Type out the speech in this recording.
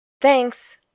Thanks